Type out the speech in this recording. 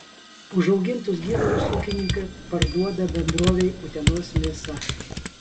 užaugintus gyvulius ūkininkė parduoda bendrovei utenos mėsa